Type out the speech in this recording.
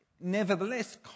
nevertheless